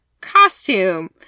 costume